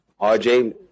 RJ